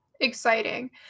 Exciting